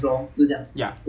三块半四块